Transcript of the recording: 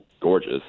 gorgeous